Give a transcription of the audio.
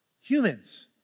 humans